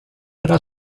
era